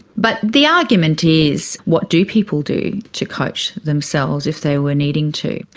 but the argument is what do people do to coach themselves if they were needing to?